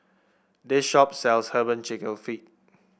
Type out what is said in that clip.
this shop sells herbal chicken feet